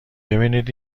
ببینید